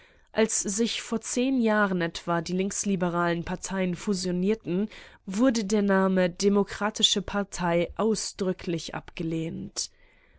als sich vor zehn jahren etwa die linksliberalen parteien fusionierten wurde der name demokratische partei ausdrücklich abgelehnt